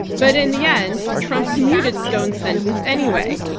but in the end, trump commuted stone's sentence anyway.